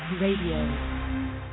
Radio